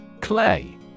clay